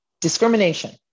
Discrimination